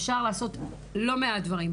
אפשר לעשות לא מעט דברים.